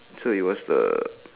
so it was the